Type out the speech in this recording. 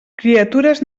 criatures